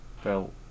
felt